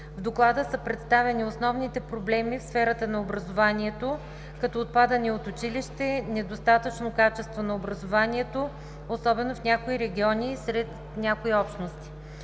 В Доклада са представени основните проблеми в сферата на образованието като отпадане от училище, недостатъчно качество на образованието, особено в някои региони и сред някои общности.